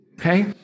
Okay